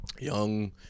young